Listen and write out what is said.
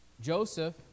Joseph